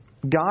God